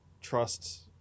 trust